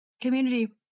community